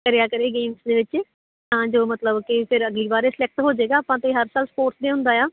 ਕਰਿਆ ਕਰੇ ਗੇਮਸ ਦੇ ਵਿੱਚ ਤਾਂ ਜੋ ਮਤਲਬ ਕਿ ਫਿਰ ਅਗਲੀ ਵਾਰ ਸਲੈਕਟ ਹੋ ਜਾਏਗਾ ਆਪਾਂ ਤਾਂ ਹਰ ਸਾਲ ਸਪੋਰਟ ਦੇ ਹੁੰਦਾ ਆ